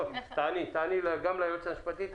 תעני גם ליועץ המשפטי --- לא,